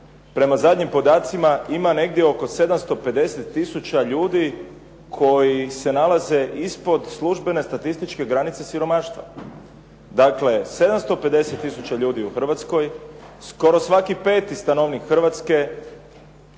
prema zadnjim podacima ima negdje oko 750 tisuća ljudi koji se nalaze ispod službene statističke granice siromaštva. Dakle, 750 tisuća ljudi u Hrvatskoj, skoro svaki peti stanovnik Hrvatske